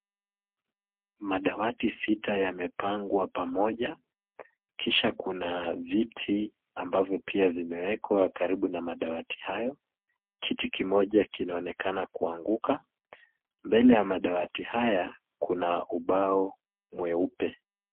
Madawati sita yamepangwa pamoja kisha kuna viti ambavyo pia vimeekwa karibu na madawati hayo. Kiti kimoja kinaonekana kuanguka. Mbele ya madawati haya, kuna ubao mweupe.